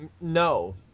No